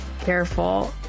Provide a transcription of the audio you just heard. careful